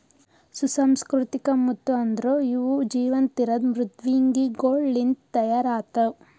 ಸುಸಂಸ್ಕೃತಿಕ ಮುತ್ತು ಅಂದುರ್ ಇವು ಜೀವಂತ ಇರದ್ ಮೃದ್ವಂಗಿಗೊಳ್ ಲಿಂತ್ ತೈಯಾರ್ ಆತ್ತವ